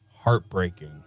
Heartbreaking